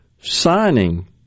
signing –